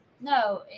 No